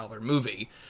movie